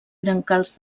brancals